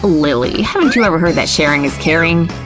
lily, haven't you ever heard that sharing is caring?